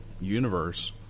universe